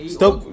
stop